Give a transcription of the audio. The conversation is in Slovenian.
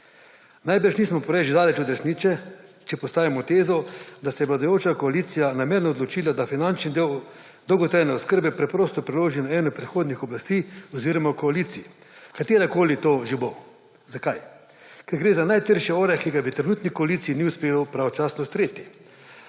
Najbrž nismo preveč daleč od resnice, če postavimo tezo, da se je vladajoča koalicija namerno odločila, da finančni del dolgotrajne oskrbe preprosto preloži na eno od prihodnjih oblasti oziroma koalicij, katerakoli to že bo. Zakaj? Ker gre za najtrši oreh, ki ga v trenutni koaliciji ni uspelo pravočasno streti.